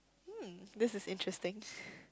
hmm this is interesting